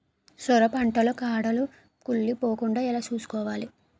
సొర పంట లో కాడలు కుళ్ళి పోకుండా ఎలా చూసుకోవాలి?